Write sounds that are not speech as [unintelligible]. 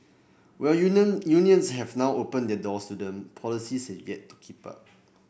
while [unintelligible] unions have now opened their doors to them policies yet to keep up